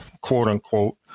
quote-unquote